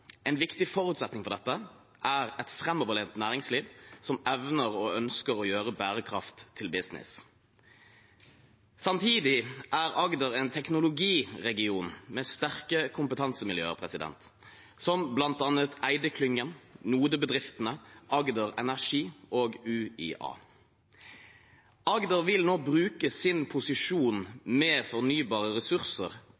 En viktig forutsetning for dette er et framoverlent næringsliv som evner og ønsker å gjøre bærekraft til business. Samtidig er Agder en teknologiregion med sterke kompetansemiljøer, som bl.a. Eyde-klyngen, NODE-bedriftene, Agder Energi og UiA. Agder vil nå bruke sin